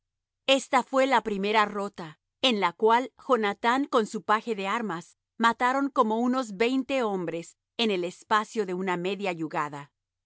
esta fué la primera rota en la cual jonathán con su paje de armas mataron como unos veinte hombres en el espacio de una media yugada